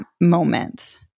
moment